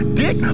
dick